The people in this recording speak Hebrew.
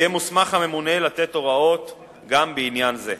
יהיה מוסמך הממונה לתת הוראות גם בעניין זה.